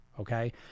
Okay